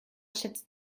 schätzt